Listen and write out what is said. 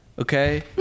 Okay